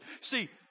See